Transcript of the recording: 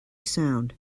sound